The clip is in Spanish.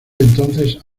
entonces